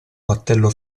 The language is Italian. battello